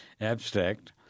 abstract